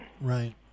Right